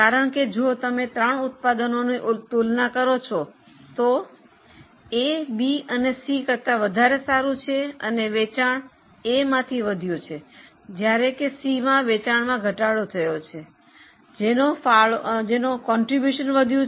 કારણ કે જો તમે ત્રણ ઉત્પાદનોની તુલના કરો છો તો એ બી અને સી કરતા વધુ સારું છે અને વેચાણ એ માંથી વધ્યું છે જ્યારે કે સીમાં વેચાણમાં ઘટાડો થયો છે જેથી તેનું ફાળો વધ્યું છે